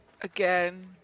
Again